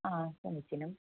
आ समचीनम्